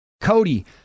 Cody